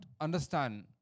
understand